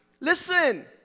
Listen